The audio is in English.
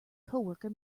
coworker